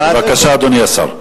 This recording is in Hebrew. בבקשה, אדוני השר.